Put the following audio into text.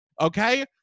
Okay